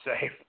safe